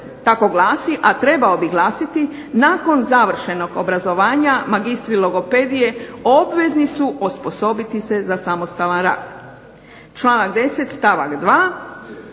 tako glasi, a trebao bi glasiti, nakon završenog obrazovanja magistri logopedije obvezni su osposobiti se za samostalan rad.